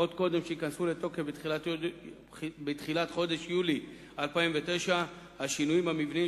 עוד קודם שייכנסו לתוקף בתחילת חודש יולי 2009 השינויים המבניים